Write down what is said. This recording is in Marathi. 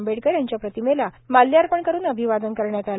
आंबेडकर यांच्या प्रतिमेला माल्यापर्ण करून अभिवादन करण्यात आलं